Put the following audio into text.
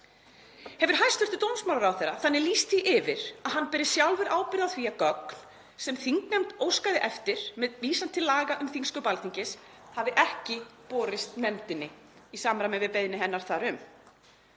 Hefur hæstv. dómsmálaráðherra þannig lýst því yfir að hann beri sjálfur ábyrgð á því að gögn, sem þingnefnd óskaði eftir með vísan til laga um þingsköp Alþingis, hafi ekki borist nefndinni í samræmi við beiðni hennar þar um.